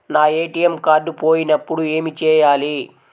నా ATM card పోయినప్పుడు ఏమి చేయాలి?